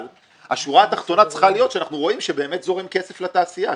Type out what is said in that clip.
אבל השורה התחתונה צריכה להיות שאנחנו רואים שבאמת זורם כסף לתעשייה,